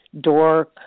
door